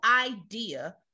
idea